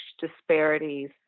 disparities